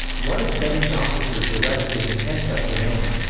one of bedi's officers arrested and handcuffed the man.